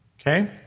okay